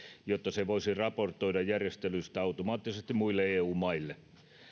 jotta se voisi raportoida järjestelyistä automaattisesti muille eu maille